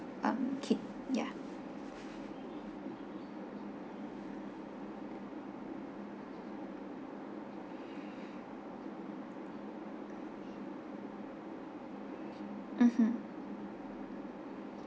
um kid ya mmhmm